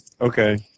Okay